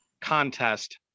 contest